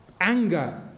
anger